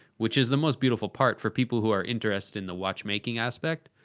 which is the most beautiful part for people who are interested in the watchmaking aspect,